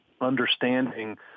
understanding –